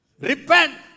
Repent